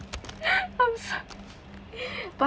I'm so~ but